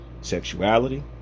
sexuality